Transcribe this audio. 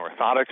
orthotics